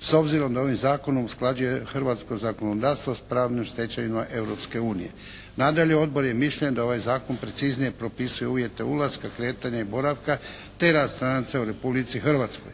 s obzirom da ovim Zakonom usklađuje hrvatsko zakonodavstvo s pravnom stečevinom Europske unije. Nadalje, Odbor je mišljenja da ovaj Zakon preciznije propisuje uvjete ulaska, kretanja i boravka te rad stranaca u Republici Hrvatskoj.